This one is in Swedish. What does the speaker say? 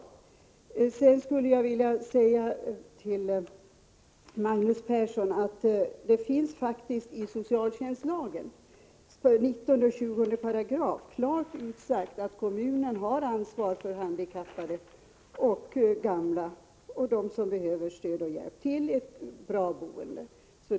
Till Magnus Persson skulle jag vilja säga att det i 19 och 20 §§ socialtjänstlagen faktiskt finns klart utsagt att kommunen har ansvar för att handikappade och gamla och andra som behöver stöd och hjälp får ett bra boende.